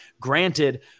Granted